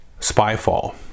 Spyfall